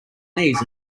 knees